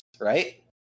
right